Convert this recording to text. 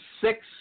six